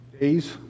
days